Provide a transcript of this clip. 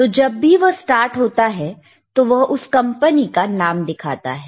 तो जब भी वह स्टार्ट होता है तो वह उस कंपनी का नाम दिखाता है